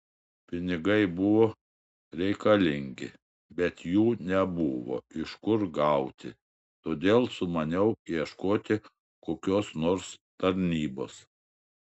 pinigai buvo reikalingi bet jų nebuvo iš kur gauti todėl sumaniau ieškoti kokios nors tarnybos